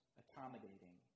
accommodating